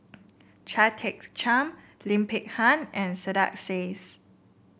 Chia Tee Chiak Lim Peng Han and Saiedah Says